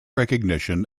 recognition